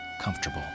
comfortable